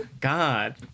God